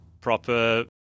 proper